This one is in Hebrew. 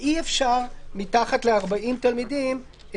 אי-אפשר לתת מתחת ל-40 תלמידים.